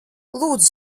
lūdzu